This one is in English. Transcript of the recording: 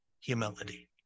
Humility